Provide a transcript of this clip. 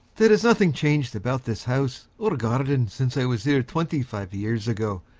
there is nothing changed about this house or garden since i was here twenty-five years ago.